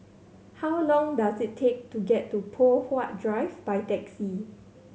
how long does it take to get to Poh Huat Drive by taxi